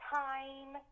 time